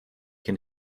can